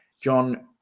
John